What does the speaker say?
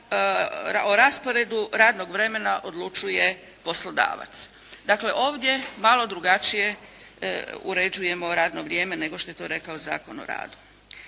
o rasporedu radnog vremena odlučuje poslodavac. Dakle ovdje malo drugačije uređujemo radno vrijeme nego što je to rekao Zakon o radu.